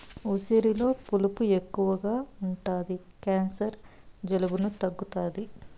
ఉసిరిలో పులుపు ఎక్కువ ఉంటది క్యాన్సర్, జలుబులను తగ్గుతాది